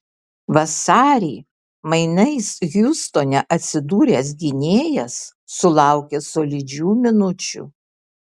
vasarį mainais hjustone atsidūręs gynėjas sulaukė solidžių minučių